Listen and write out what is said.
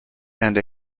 and